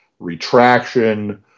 Retraction